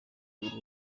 rwego